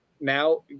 now